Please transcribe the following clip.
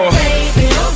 baby